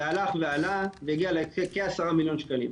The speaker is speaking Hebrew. זה הלך ועלה והגיע לכ-10 מיליון שקלים.